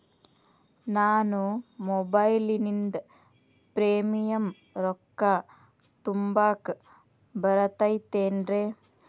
ನಾನು ಮೊಬೈಲಿನಿಂದ್ ಪ್ರೇಮಿಯಂ ರೊಕ್ಕಾ ತುಂಬಾಕ್ ಬರತೈತೇನ್ರೇ?